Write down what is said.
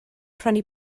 prynu